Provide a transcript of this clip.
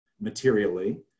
materially